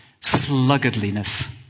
sluggardliness